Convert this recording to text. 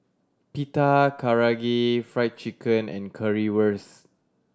Pita Karaage Fried Chicken and Currywurst